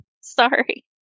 Sorry